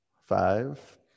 five